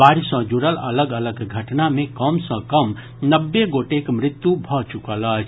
बाढ़ि सँ जुड़ल अलग अलग घटना मे कम सँ कम नब्बे गोटेक मृत्यु भऽ चुकल अछि